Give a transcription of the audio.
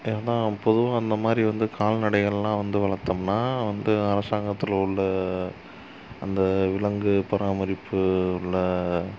ஏனால் பொதுவாக அந்த மாதிரி வந்து கால்நடைகளெலாம் வந்து வளர்த்தம்னா வந்து அரசாங்கத்தில் உள்ள அந்த விலங்கு பராமரிப்பு உள்ளே